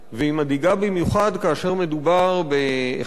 והיא מדאיגה במיוחד כאשר מדובר באחד